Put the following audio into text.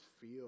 feel